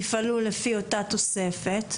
יפעלו לפי אותה תוספת.